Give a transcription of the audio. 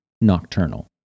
nocturnal